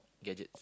gadgets